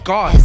God